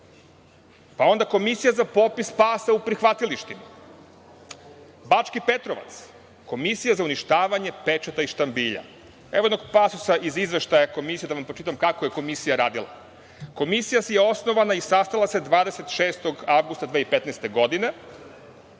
Pa, onda Komisija za popis pasa u prihvatilištima. Bački Petrovac – Komisija za uništavanje pečata i štambilja. Evo jednog pasusa iz izveštaja komisije, da vam pročitam kako je komisija radila. Komisija je osnovana i sastala se 26. avgusta 2015. godine